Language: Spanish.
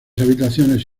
habitaciones